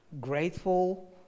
grateful